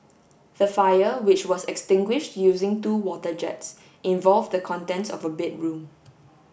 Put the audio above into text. the fire which was extinguished using two water jets involved the contents of a bedroom